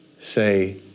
say